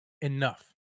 enough